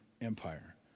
empire